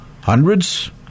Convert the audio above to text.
hundreds